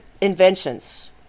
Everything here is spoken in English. inventions